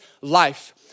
Life